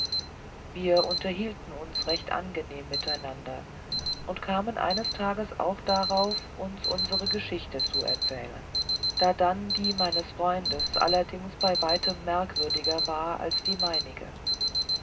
wir unterhielten uns recht angenehm miteinander und kamen eines tages auch darauf uns unsere geschichte zu erzählen da dann die meines freundes allerdings bei weitem merkwürdiger war als die meinige